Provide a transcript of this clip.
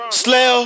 slay